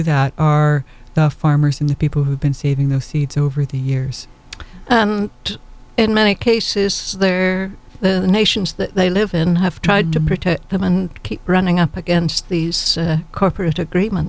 that are the farmers in the people who've been saving the seeds over the years in many cases they're the nations that they live in have tried to protect them and keep running up against these corporate agreement